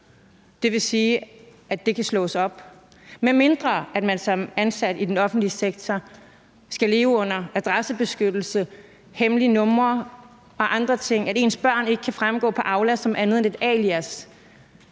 Det vil sige, at det kan slås op, medmindre man som ansat i den offentlige sektor skal leve under adressebeskyttelse, hemmelige numre og andre ting og ens børn ikke kan fremgå på Aula som andet end et alias,